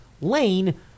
Lane